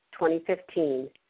2015